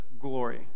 glory